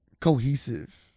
cohesive